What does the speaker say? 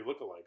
lookalikes